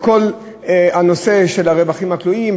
בכל הנושא של הרווחים הכלואים,